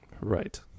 Right